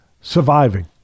surviving